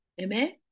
Amen